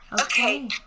Okay